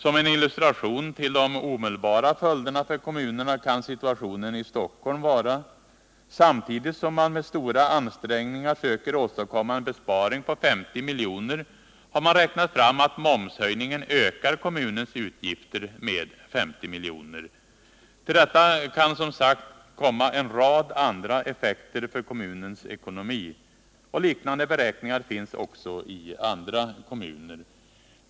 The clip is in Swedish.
Som en illustration till de omedelbara följderna för kommunerna kan situationen i Stockholm tjäna. Samtidigt som man med stora ansträngningar söker åstadkomma en besparing på 50 miljoner har man räknat fram att momshöjningen ökar kommunens utgifter med 50 miljoner. Till detta kan som sagt komma en rad andra effekter för kommunens ekonomi. Liknande beräkningar finns också i andra kommuner.